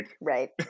right